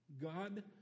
God